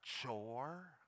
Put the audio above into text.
chore